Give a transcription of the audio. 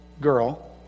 girl